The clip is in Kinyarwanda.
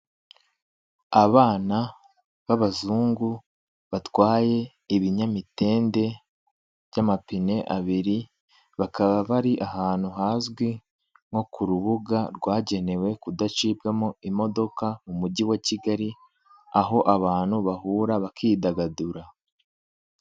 Abana b'abazungu batwaye ibinyamitende by'amapine abiri bakaba bari ahantu hazwi nko ku rubuga rwagenewe kudacibwamo imodoka mu mujyi wa Kigali aho abantu bahura bakidagadura.